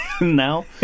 now